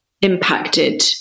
impacted